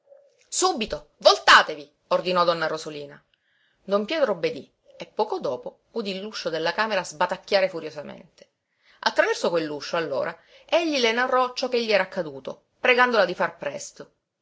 subito voltatevi ordinò donna rosolina don pietro obbedí e poco dopo udí l'uscio della camera sbatacchiare furiosamente attraverso quell'uscio allora egli le narrò ciò che gli era accaduto pregandola di far presto